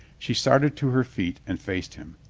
she started to her feet and faced him.